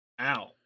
Ow